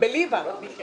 נכון, נכון.